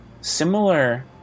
similar